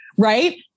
right